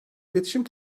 iletişim